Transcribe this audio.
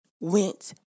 went